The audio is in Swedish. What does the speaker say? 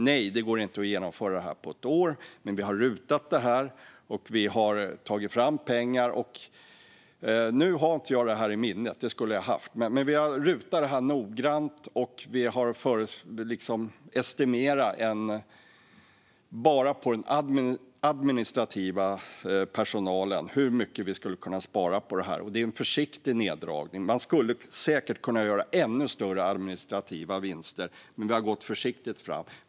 Nej, det går inte att genomföra det här på ett år, men RUT, riksdagens utredningstjänst har tittat noggrant på det här, och vi har tagit fram pengar. Jag har inte det här i minnet - det skulle jag ha haft - men vi har estimerat hur mycket vi skulle kunna spara bara på den administrativa personalen. Det är en försiktig neddragning. Man skulle säkert kunna göra ännu större administrativa vinster, men vi har gått försiktigt fram.